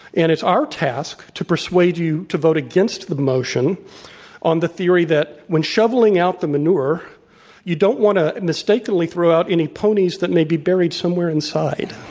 and it's our task to persuade you to vote against the motion on the theory that when shoveling out the manure you don't wa nt to mistakenly throw out any ponies that may be buried somewhere inside.